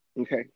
Okay